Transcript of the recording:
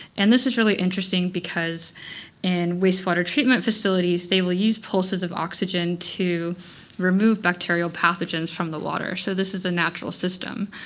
and this is really interesting because in waste water treatment facilities they will use pulses of oxygen to remove bacterial pathogens from the water. so this is a natural system.